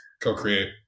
co-create